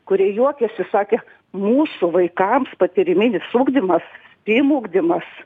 kurie juokėsi sakė mūsų vaikams patyriminis ugdymas stym ugdymas